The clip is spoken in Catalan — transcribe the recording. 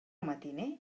matiner